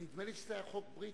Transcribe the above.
נדמה לי שזה היה חוק בריטי.